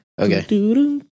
Okay